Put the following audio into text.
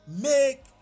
Make